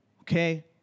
Okay